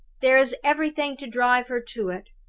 there is everything to drive her to it.